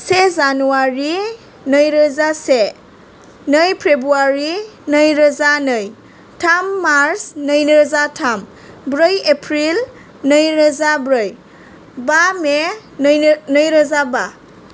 से जानुवारि नैरोजा से नै फेब्रुवारि नैरोजा नै थाम मार्स नैरोजा थाम ब्रै एप्रिल नैरोजा ब्रै बा मे नैरोजा बा